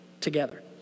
together